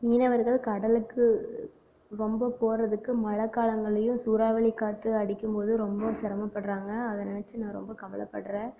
மீனவர்கள் கடலுக்கு ரொம்ப போகிறதுக்கு மழை காலங்கள்லேயும் சூறாவளி காற்று அடிக்கும்போது ரொம்ப சிரமப்படுகிறாங்க அதை நினைச்சி நான் ரொம்ப கவலைப்படுறேன்